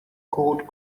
cold